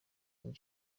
saint